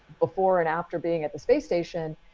before and after being at the space station,